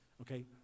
Okay